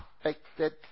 affected